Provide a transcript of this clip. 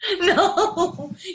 No